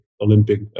Olympic